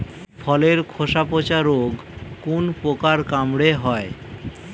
ফলের খোসা পচা রোগ কোন পোকার কামড়ে হয়?